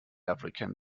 african